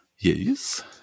Yes